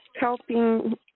helping